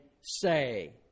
say